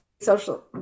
social